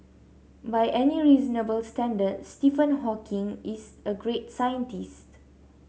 by any reasonable standard Stephen Hawking is a great scientist